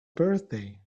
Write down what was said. birthday